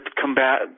combat